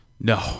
no